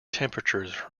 temperatures